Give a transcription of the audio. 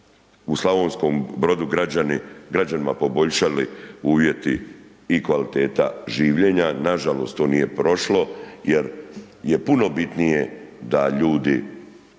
u Slavonskom Bordu građanima poboljšali uvjeti i kvaliteta življenja, nažalost to nije prošlo jer je puno bitnije da ima